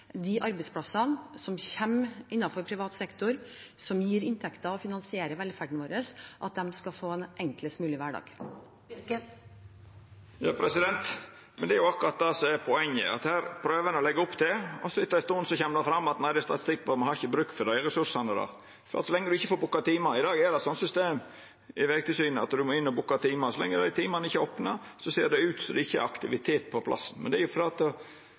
som kommer innenfor privat sektor, som gir inntekter og finansierer velferden vår, får en enklest mulig hverdag. Men det er akkurat det som er poenget, at her prøver ein å leggja opp til det, og etter ei stund kjem det fram at nei, det er statistikk på at me ikkje har bruk for dei ressursane der. I dag er systemet i Vegtilsynet slik at ein må inn og booka timar. Så lenge dei timane ikkje er opna og ein ikkje får booka timar, ser det ut som det ikkje er aktivitet på plassen. Dei har jo bruk for tenestene, men